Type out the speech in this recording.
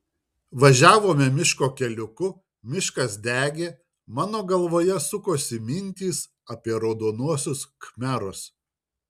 važiavome miško keliuku miškas degė mano galvoje sukosi mintys apie raudonuosius khmerus